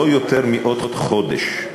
לא יותר מעוד חודש,